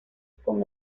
con